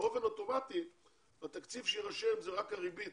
באופן אוטומטי התקציב שיירשם הוא רק הריבית